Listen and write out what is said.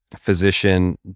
physician